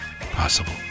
possible